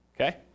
Okay